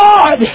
God